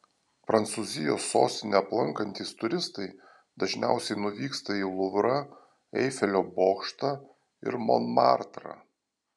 prancūzijos sostinę aplankantys turistai dažniausiai nuvyksta į luvrą eifelio bokštą ir monmartrą